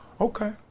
Okay